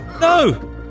No